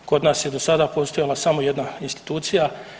Kod nas je do sada postojala samo jedna institucija.